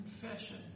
confession